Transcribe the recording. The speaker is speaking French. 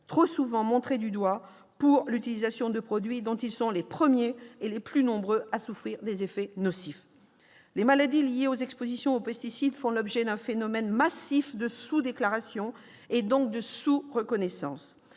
Trop souvent montrés du doigt pour l'utilisation de ces produits, ils sont les premiers et les plus nombreux à souffrir de leurs effets nocifs. Les maladies liées aux expositions aux pesticides font l'objet d'un phénomène massif de sous-déclaration et, donc, de sous-reconnaissance.